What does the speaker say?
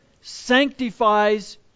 sanctifies